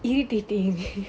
irritating